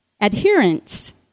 adherence